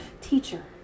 Teacher